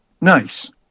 Nice